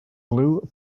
blue